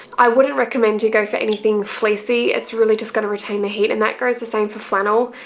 i wouldn't recommend you go for anything fleecy. it's really just gonna retain the heat and that goes the same for flannel.